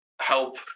help